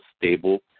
stable